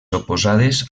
oposades